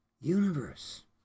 universe